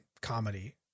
comedy